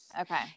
Okay